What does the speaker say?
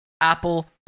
apple